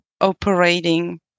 operating